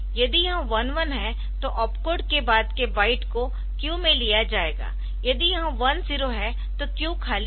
यदि यह 11 है तो ऑपकोड के बाद के बाइट को क्यू से लिया जाएगा यदि यह 10 है तो क्यू खाली है